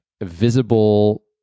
visible